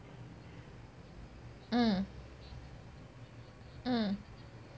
mm mm